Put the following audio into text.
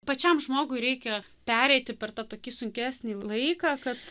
pačiam žmogui reikia pereiti per tą tokį sunkesnį laiką kad